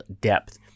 depth –